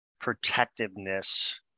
protectiveness